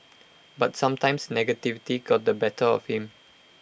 but sometimes negativity got the better of him